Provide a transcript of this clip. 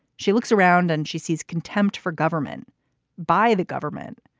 she looks around and she sees contempt for government by the government.